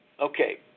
Okay